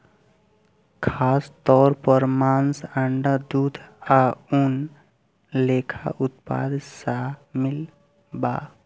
खासतौर पर मांस, अंडा, दूध आ ऊन लेखा उत्पाद शामिल बा